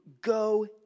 Go